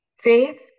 faith